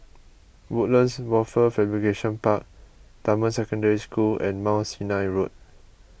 Woodlands Wafer Fabrication Park Dunman Secondary School and Mount Sinai Road